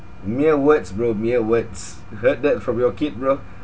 mere words bro mere words heard that from your kid bro